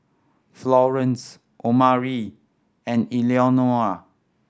Florence Omari and Eleonora